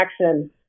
action